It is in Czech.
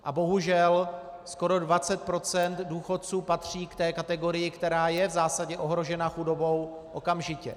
A bohužel, skoro 20 % důchodců patří k té kategorii, která je v zásadě ohrožena chudobou okamžitě.